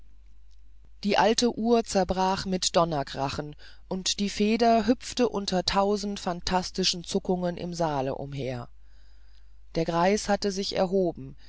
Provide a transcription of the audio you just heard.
die alte uhr zerbrach mit donnerkrachen und die feder hüpfte unter tausend phantastischen zuckungen im saale umher der greis hatte sich wieder erhoben